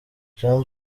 jean